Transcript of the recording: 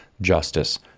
justice